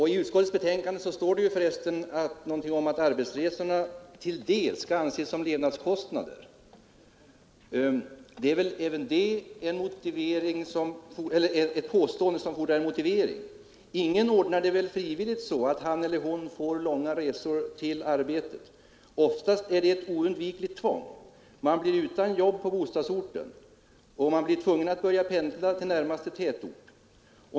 I utskottets betänkande står något om att arbetsresorna till en del skall anses som levnadskostnader. Även det är väl ett påstående som fordrar en motivering. Ingen ordnar väl frivilligt så att han eller hon får långa resor till arbetet. Oftast är det oundvikligt tvång. Man blir utan jobb på bostadsorten och är tvungen att börja pendla till närmaste tätort.